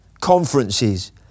conferences